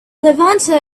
levanter